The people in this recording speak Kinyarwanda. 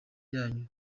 yanyu